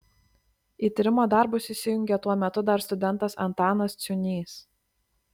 į tyrimo darbus įsijungė tuo metu dar studentas antanas ciūnys